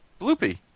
Bloopy